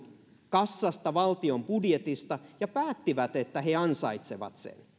kassasta valtion budjetista ja päättivät että he ansaitsevat sen